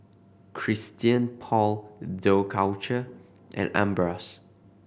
Christian Paul Dough Culture and Ambros